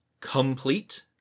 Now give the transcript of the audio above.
Complete